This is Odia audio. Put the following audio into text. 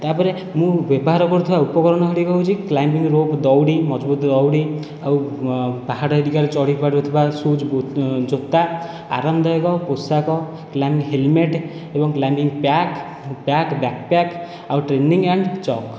ତା'ପରେ ମୁଁ ବ୍ୟବହାର କରୁଥିବା ଉପକରଣ ଗୁଡ଼ିକ ହେଉଛି କ୍ଲାଇମ୍ବିଙ୍ଗ ରୋପ୍ ଦଉଡ଼ି ମଜବୁତ ଦଉଡ଼ି ଆଉ ପାହାଡ଼ ହେରିକାରେ ଚଢ଼ି ପାରୁଥିବା ସୁଯ ଜୋତା ଆରାମଦାୟକ ପୋଷାକ କ୍ଲାଇମ୍ବିଙ୍ଗ ହେଲମେଟ୍ ଏବଂ climbing pack pack bag pack ଆଉ ଟ୍ରେନିଙ୍ଗ ଆଣ୍ଡ ଚକ୍